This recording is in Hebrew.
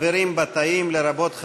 חברים בתאים, חברים בתאים לרבות חברות,